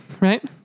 right